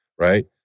right